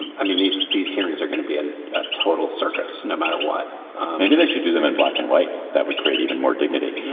and i mean these these hearings are going to be a ah total circus no matter what maybe they should do them in black and white. that would create even more dignity.